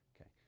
Okay